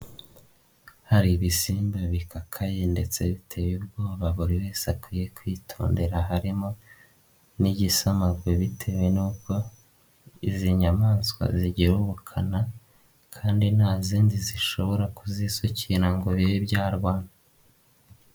Hari ibisimba bikakaye ndetse biteye ubwoba buri wese akwiye kwitondera harimo n'igisamagwe bitewe n'uko izi nyamaswa zigira ubukana kandi nta zindi zishobora kuzisukira ngo bibe ibyarwana.